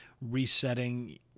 resetting